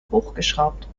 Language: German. hochgeschraubt